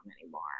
anymore